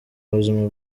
buzima